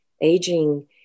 aging